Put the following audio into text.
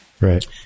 Right